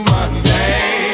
Monday